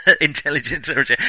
intelligence